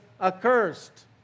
accursed